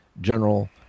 general